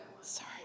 sorry